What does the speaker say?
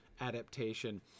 adaptation